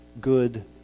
Good